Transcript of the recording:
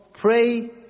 pray